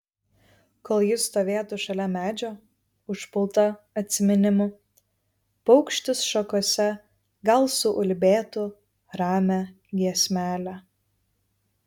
kol ji stovėtų šalia medžio užpulta atsiminimų paukštis šakose gal suulbėtų ramią giesmelę